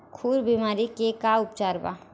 खुर बीमारी के का उपचार बा?